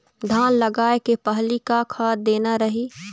धान लगाय के पहली का खाद देना रही?